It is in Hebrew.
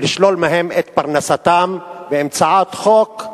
לשלול מהן את פרנסתן באמצעות חוק,